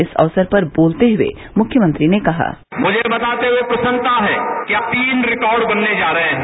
इस अवसर पर बोलते हुए मुख्यमंत्री ने कहा मुझे बताते हुए प्रसन्नता है कि तीन रिकार्ड बनने जा रहे है